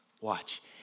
Watch